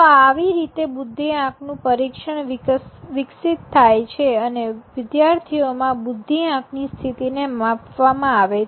તો આવી રીતે બુદ્ધિઆંક નું પરિક્ષણ વિકસિત થાય છે અને વિદ્યાર્થીઓમાં બુદ્ધિઆંકની સ્થિતિને માપવામાં આવે છે